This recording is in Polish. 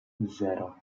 zero